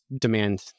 demand